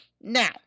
Now